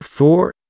Four